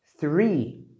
Three